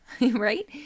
right